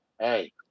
hey